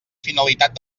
finalitat